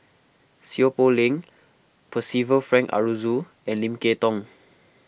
Seow Poh Leng Percival Frank Aroozoo and Lim Kay Tong